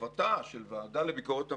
מחובתה של ועדה לביקורת המדינה,